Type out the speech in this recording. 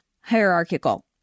hierarchical